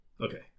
Okay